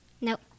Nope